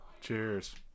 cheers